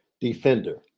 defender